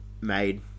made